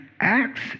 acts